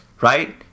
right